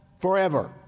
forever